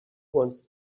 wants